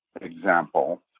example